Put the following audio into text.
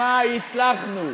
מה הצלחנו,